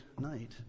night